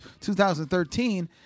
2013